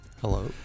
Hello